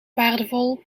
waardevol